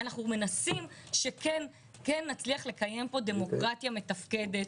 אנחנו מנסים שכן נצליח לקיים פה דמוקרטיה מתפקדת.